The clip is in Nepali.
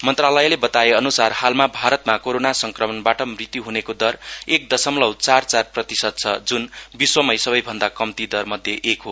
मन्त्रालयले बताए अनुसार हालमा भारतमा कोरोना संक्रमणबाट मृत्यु हुनेको दर एक दसमलौ चार चार प्रतिशत छ जुन विश्वमै सबै भन्दा कम्ती दर मध्ये एक हो